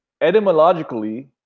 etymologically